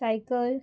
cycle